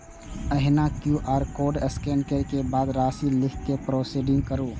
एहिना QR code scan करै के बाद राशि लिख कें प्रोसीड करू